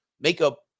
makeup